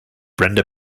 brenda